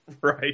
Right